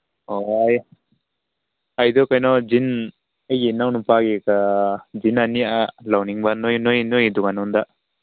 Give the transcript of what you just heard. ꯑꯣ ꯑꯩ ꯑꯩꯗꯣ ꯀꯩꯅꯣ ꯖꯤꯟ ꯑꯩꯒꯤ ꯏꯅꯥꯎ ꯅꯨꯄꯥꯒꯤꯒ ꯖꯤꯟ ꯑꯅꯤ ꯂꯧꯅꯤꯡꯕ ꯅꯣꯏ ꯗꯨꯀꯥꯟꯂꯣꯝꯗ